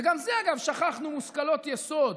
וגם זה, אגב, שכחנו מושכלות יסוד.